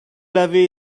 l’avez